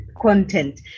content